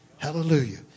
Hallelujah